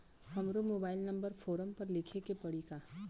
हमरो mobile number form पर लिखे के पड़ी का?